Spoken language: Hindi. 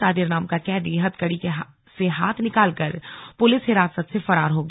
कादिर नाम का कैदी हथकड़ी से हाथ निकालकर पुलिस हिरासत से फरार हो गया